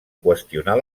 qüestionar